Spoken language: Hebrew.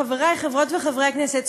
חברי חברות וחברי הכנסת,